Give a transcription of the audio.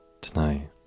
Tonight